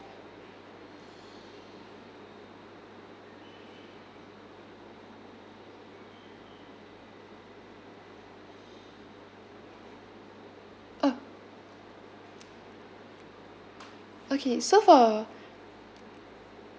oh okay so for